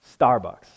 Starbucks